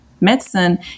medicine